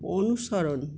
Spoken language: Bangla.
অনুসরণ